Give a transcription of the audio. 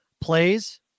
plays